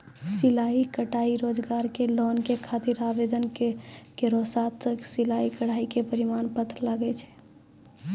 सिलाई कढ़ाई रोजगार के लोन के खातिर आवेदन केरो साथ सिलाई कढ़ाई के प्रमाण पत्र लागै छै?